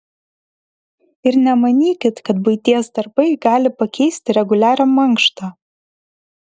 ir nemanykit kad buities darbai gali pakeisti reguliarią mankštą